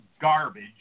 garbage